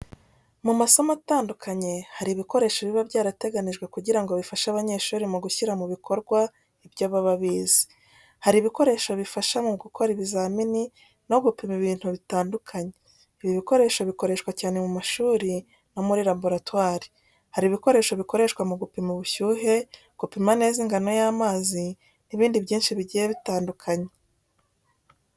Mu masomo atandukanye hari ibikoresho biba byarateganijwe kugira ngo bifashe abanyeshuri mu gushyira mu bikorwa ibyo baba bize. Hari ibikoresho bifasha mu gukora ibizamini, no gupima ibintu bitandukanye. Ibi bikoresho bikoreshwa cyane mu mashuri no muri laboratwari. Hari ibikoresho bikoreshwa mu gupima ubushyuhe, gupima neza ingano y'amazi n'ibindi byinshi bigiye bitandukanye.